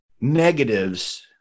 negatives